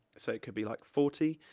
so, it could be, like, forty.